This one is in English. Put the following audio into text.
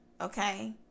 okay